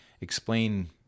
explain